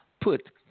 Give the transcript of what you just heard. put